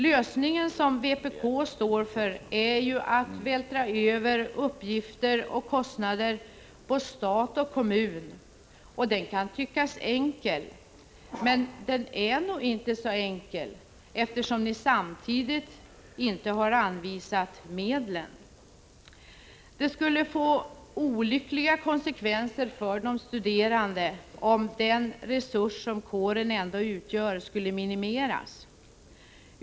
Den lösning som vpk står för är att vältra över uppgifter och kostnader på stat och kommun, och den kan tyckas enkel, men den är nog inte så enkel, eftersom ni inte samtidigt har anvisat medlen. Det skulle få olyckliga konsekvenser för de studerande om den resurs som kåren ändå utgör skulle minimeras.